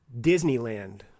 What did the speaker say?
Disneyland